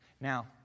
Now